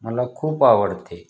मला खूप आवडते